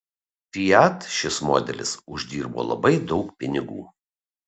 fiat šis modelis uždirbo labai daug pinigų